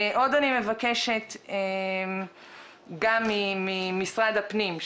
עוד אני מבקשת גם ממשרד הפנים,